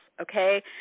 okay